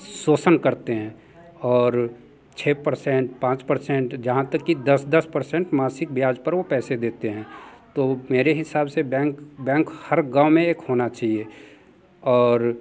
शोषण करते हैं और छः पर्सेंट पाँच पर्सेंट जहाँ तक कि दस दस पर्सेंट मासिक ब्याज पर वो पैसे देते हैं तो मेरे हिसाब से बैंक बैंक हर गाँव में एक होना चाहिए और